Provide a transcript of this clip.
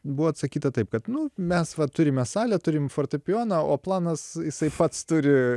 buvo atsakyta taip kad nu mes va turime salę turim fortepijoną o planas jisai pats turi